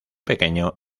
pequeño